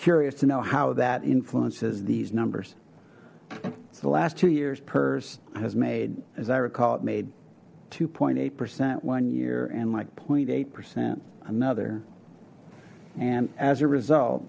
curious to know how that influences these numbers the last two years purse has made as i recall it made two eight percent one year and like zero eight percent another and as a result